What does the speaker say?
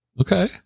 Okay